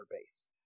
base